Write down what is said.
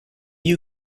you